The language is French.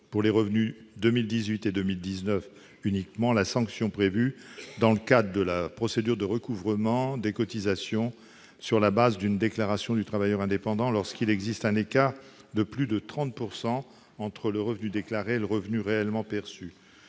pour les revenus 2018 et 2019 uniquement, la sanction prévue dans le cadre de la procédure de recouvrement des cotisations sur la base d'une déclaration du travailleur indépendant, lorsqu'il existe un écart de plus 30 % entre le revenu déclaré et celui qui est réellement perçu.